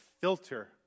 filter